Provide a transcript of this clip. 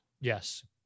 Yes